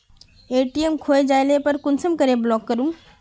ATM खोये जाले पर कुंसम करे ब्लॉक करूम?